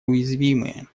уязвимые